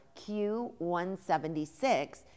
Q176